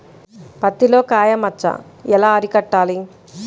పత్తిలో కాయ మచ్చ ఎలా అరికట్టాలి?